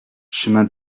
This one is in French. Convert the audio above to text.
chemin